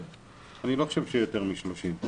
אני לא חושב שיהיה יותר מ-30.